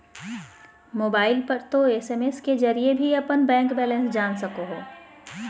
mobile पर तों SMS के जरिए भी अपन बैंक बैलेंस जान सको हो